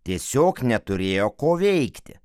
tiesiog neturėjo ko veikti